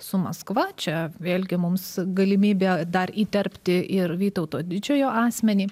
su maskva čia vėlgi mums galimybė dar įterpti ir vytauto didžiojo asmenį